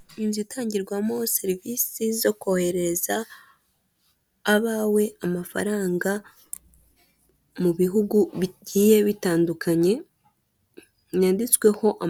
Abantu b'ingeri zitandukanye barahagaze bari kwifotoza harimo; umugore, harimo umukobwa, ndetse abasigaye